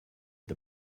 the